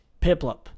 Piplup